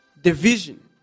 division